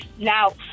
now